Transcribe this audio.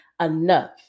enough